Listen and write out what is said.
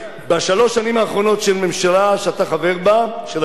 בשלוש שנים האחרונות של הממשלה שאתה חבר בה,